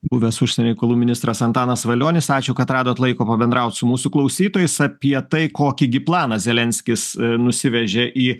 buvęs užsienio reikalų ministras antanas valionis ačiū kad radot laiko pabendraut su mūsų klausytojais apie tai kokį gi planą zelenskis nusivežė į